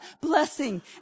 blessing